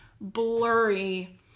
blurry